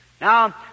Now